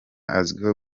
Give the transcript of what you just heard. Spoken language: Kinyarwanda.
azwiho